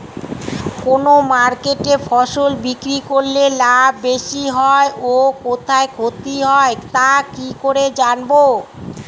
কোন মার্কেটে ফসল বিক্রি করলে লাভ বেশি হয় ও কোথায় ক্ষতি হয় তা কি করে জানবো?